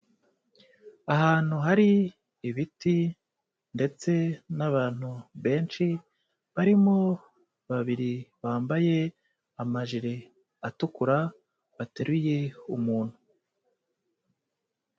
Ahantu hari ibiti ndetse n'abantu benshi, barimo babiri bambaye amajire atukura, bateruye umuntu.